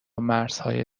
مرزهای